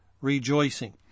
rejoicing